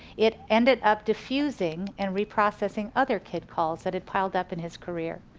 it ended up defusing and reprocessing other kid calls that had piled up in his career.